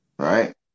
Right